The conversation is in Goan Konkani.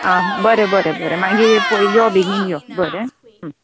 आं बरें बरें बरें मागीर पय यो बेगीन यो बरें